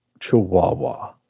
Chihuahua